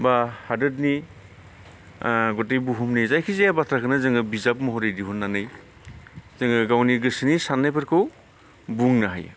बा हादोरनि गतै बुहुमनि जायखिजाया बाथ्राखौनो जोङो बिजाब महरै दिहुननानै जोङो गावनि गोसोनि साननायफोरखौ बुंनो हायो